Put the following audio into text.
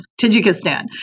Tajikistan